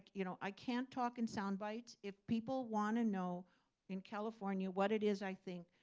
you know? i can't talk in soundbites. if people want to know in california what it is i think,